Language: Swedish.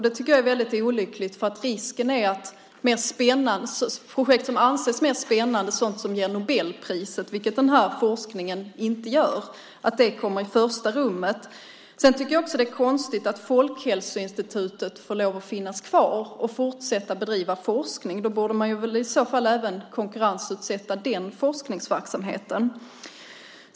Det tycker jag är väldigt olyckligt, för risken är att projekt som anses mer spännande, sådant som ger Nobelpriset, vilket den här forskningen inte gör, kommer i första rummet. Jag tycker också att det är konstigt att Folkhälsoinstitutet får finnas kvar och fortsätta att bedriva forskning. Då borde man väl även konkurrensutsätta den forskningsverksamheten.